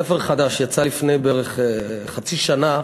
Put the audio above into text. ספר חדש שיצא לפני בערך חצי שנה.